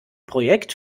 projekt